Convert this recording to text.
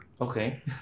Okay